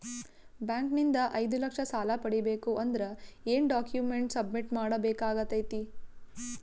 Bank ನಿಂದ ಐದು ಲಕ್ಷ ಸಾಲ ಪಡಿಬೇಕು ಅಂದ್ರ ಏನ ಡಾಕ್ಯುಮೆಂಟ್ ಸಬ್ಮಿಟ್ ಮಾಡ ಬೇಕಾಗತೈತಿ?